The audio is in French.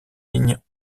ligne